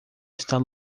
estar